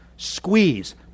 Squeeze